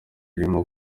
irimo